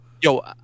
Yo